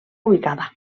ubicada